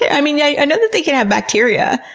i mean, yeah i know they can have bacteria.